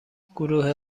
گروه